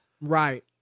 right